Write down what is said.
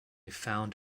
found